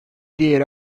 diğeri